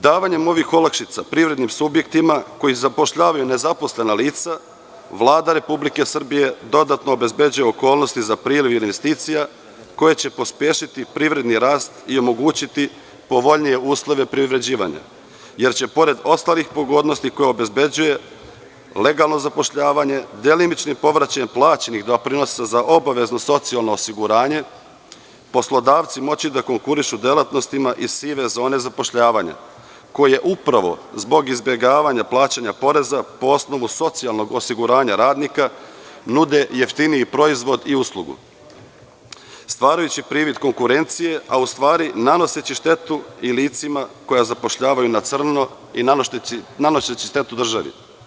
Davanjem ovih olakšica privrednim subjektima koji zapošljavaju nezaposlena lica Vlada Republike Srbije dodatno obezbeđuje okolnosti za priliv investicija koje će pospešiti privredni rast i omogućiti povoljnije uslove privređivanja, jer će pored ostalih pogodnosti koje obezbeđuje, legalno zapošljavanje, delimični povraćaj plaćenih doprinosa za obavezno socijalno osiguranje, poslodavci moći da konkurišu delatnostima iz sive zone zapošljavanja, koje upravo zbog izbegavanja plaćanja poreza po osnovu socijalnog osiguranja radnika nude jeftiniji proizvod i uslugu, stvarajući privid konkurencije, a u stvari nanoseći štetu i licima koja zapošljavaju na crno i nanoseći štetu državi.